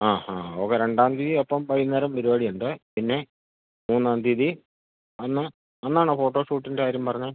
ആഹ് okay രണ്ടാം തീയതി അപ്പോൾ വൈകുന്നേരം പരിപാടിയുണ്ട് പിന്നെ മൂന്നാം തീയതി എന്നാ അന്നാണോ ഫോട്ടോഷൂട്ടിൻ്റെ കാര്യം പറഞ്ഞത്